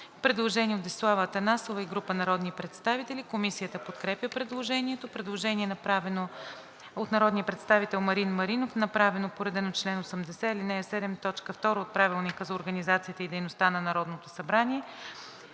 Предложение от Десислава Атанасова и група народни представители. Комисията подкрепя предложението. Предложение, направено от народния представител Марин Маринов, направено по реда на чл. 80, ал. 7, т. 2 от Правилника за организацията и дейността на Народното събрание.